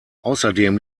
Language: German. außerdem